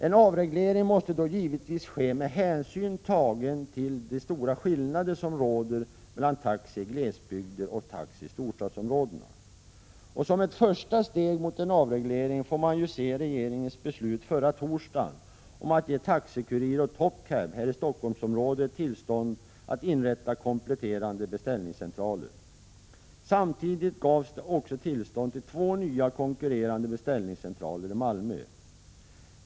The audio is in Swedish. En avreglering måste givetvis ske med hänsyn tagen till de stora skillnader som råder mellan taxi i glesbygder och taxi i storstadsområden. Som ett första steg mot en avreglering får man se regeringens beslut förra torsdagen om att ge Taxi-Kurir och Top-Cab här i Stockholmsområdet tillstånd att inrätta kompletterande beställningscentraler. Samtidigt gavs också tillstånd till två nya konkurrerande beställningscentraler i Malmö.